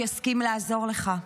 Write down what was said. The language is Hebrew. סגלוביץ' יסכים לעזור לך.